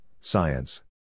science